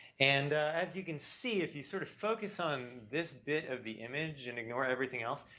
and as you can see, if you sort of focus on this bit of the image, and ignore everything else,